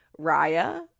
Raya